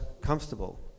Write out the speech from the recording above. comfortable